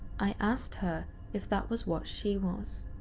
i asked her if that was what she was.